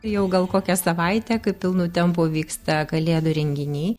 jau gal kokią savaitę kai pilnu tempu vyksta kalėdų renginiai